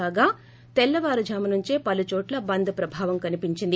కాగా తెల్లవారుజాము నుంచే పలు చోట్ల బంద్ ప్రభావం కనిపించింది